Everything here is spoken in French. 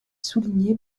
souligné